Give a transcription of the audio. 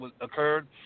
occurred